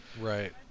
right